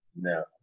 No